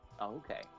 Okay